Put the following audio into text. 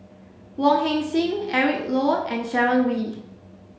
Wong Heck Sing Eric Low and Sharon Wee